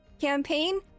campaign